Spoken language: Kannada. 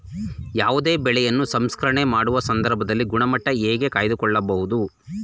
ಯಾವುದೇ ಬೆಳೆಯನ್ನು ಸಂಸ್ಕರಣೆ ಮಾಡುವ ಸಂದರ್ಭದಲ್ಲಿ ಗುಣಮಟ್ಟ ಹೇಗೆ ಕಾಯ್ದು ಕೊಳ್ಳಬಹುದು?